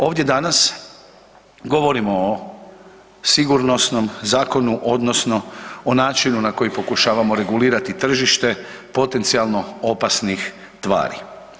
Ovdje danas govorimo o sigurnosnom zakonu odnosno o načinu na koji pokušavamo regulirati tržište potencijalno opasnih tvari.